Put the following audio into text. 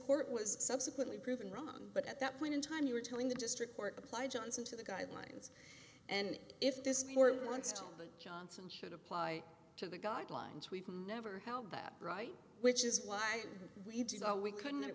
court was subsequently proven wrong but at that point in time you were telling the district court apply johnson to the guidelines and if this board wants to johnson should apply to the guidelines we've never held that right which is why we did all we couldn't it